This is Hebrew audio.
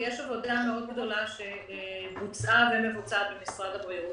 יש עבודה מאוד גדולה שבוצעה ומבוצעת במשרד הבריאות.